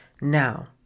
Now